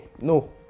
No